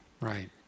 right